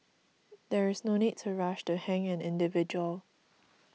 there is no need to rush to hang an individual